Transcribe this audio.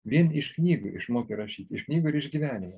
vien iš knygų išmoko rašyt iš knygų ir išgyvenimo